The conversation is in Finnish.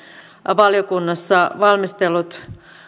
valiokunnassa valmistellut